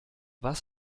was